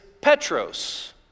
petros